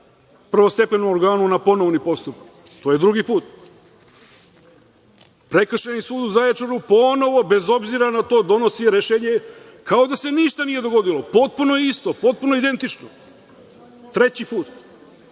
prvostepenom organu na ponovni postupak. To je drugi put. Prekršajni sud u Zaječaru ponovo, bez obzira na to, donosi rešenje kao da se ništa nije dogodilo, potpuno isto, potpuno identično. Treći put.